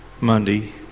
Monday